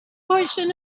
portion